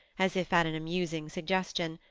as if at an amusing suggestion,